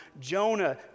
Jonah